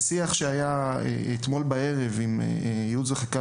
בשיח שהיה אתמול בערב עם מי שעוסקים